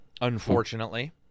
unfortunately